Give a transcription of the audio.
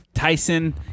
Tyson